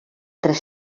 tres